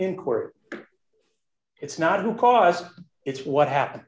in court it's not who caused it's what happened